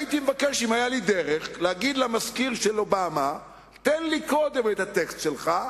אם היתה לי דרך להגיד למזכיר של אובמה: תן לי קודם את הטקסט שלך,